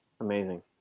Amazing